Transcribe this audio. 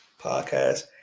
Podcast